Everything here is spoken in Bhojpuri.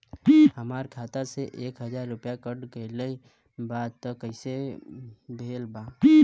हमार खाता से एक हजार रुपया कट गेल बा त कइसे भेल बा?